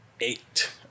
eight